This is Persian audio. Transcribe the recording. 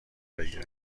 بگیره